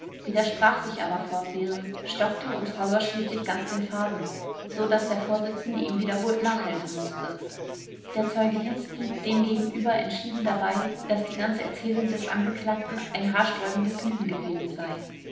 widersprach sich aber fortwährend stockte und verlor schließlich ganz den faden so daß der vorsitzende ihm wiederholt nachhelfen mußte der zeuge hinz blieb demgegenüber entschieden dabei daß die ganze erzählung des angeklagten ein haarsträubendes lügengewebe sei